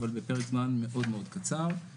אבל בפרק זמן מאוד מאוד קצר.